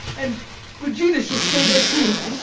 and regina shall stay here too.